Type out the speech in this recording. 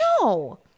No